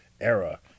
era